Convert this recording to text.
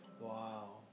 Wow